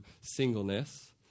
singleness